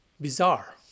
bizarre